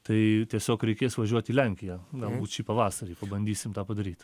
tai tiesiog reikės važiuot į lenkiją galbūt šį pavasarį pabandysim tą padaryt